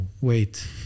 wait